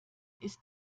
ist